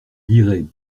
liraient